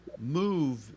move